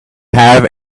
have